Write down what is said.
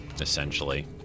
essentially